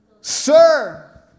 Sir